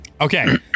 okay